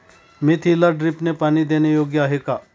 मेथीला ड्रिपने पाणी देणे योग्य आहे का?